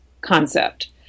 concept